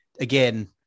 again